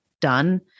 done